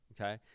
Okay